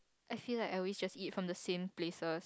I feel like I always just eat from the same places